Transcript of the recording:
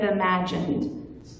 imagined